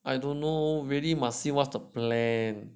I don't know but really must see what's the plan